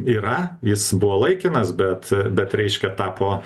yra jis buvo laikinas bet bet reiškia tapo